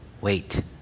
wait